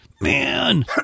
man